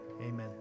amen